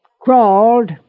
Crawled